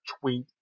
tweet